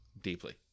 deeply